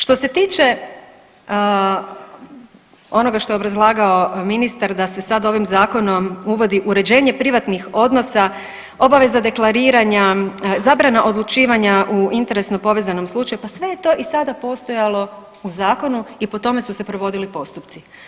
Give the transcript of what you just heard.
Što se tiče onoga što je obrazlagao ministar da se sad ovim zakonom uvodi uređenje privatnih odnosa, obaveza deklariranja, zabrana odlučivanja u interesno povezenom slučaju, pa sve je to i sada postojalo u zakonu i po tome su se provodili postupci.